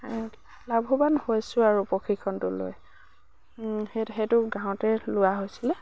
লাভৱান হৈছোঁ আৰু প্ৰশিক্ষণটো লৈ সেই সেইটো গাঁৱতে লোৱা হৈছিলে